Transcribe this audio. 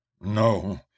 No